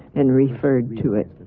and referred to it.